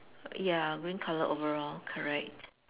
ya green colour overall correct